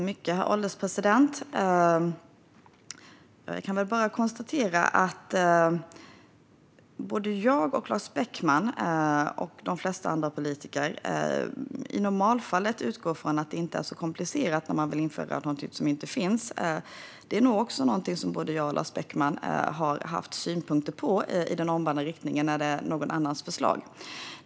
Herr ålderspresident! Både jag och Lars Beckman, liksom de flesta andra politiker, utgår från att det i normalfallet inte är så komplicerat när man vill införa något nytt som inte finns. Detta är nog också något som både jag och Lars Beckman har haft synpunkter på i omvänd riktning när det handlat om någon annans förslag.